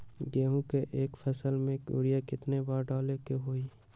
गेंहू के एक फसल में यूरिया केतना बार डाले के होई?